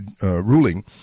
ruling